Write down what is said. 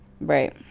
Right